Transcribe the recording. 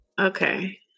Okay